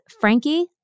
Frankie